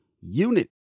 Unit